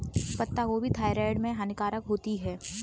पत्ता गोभी थायराइड में हानिकारक होती है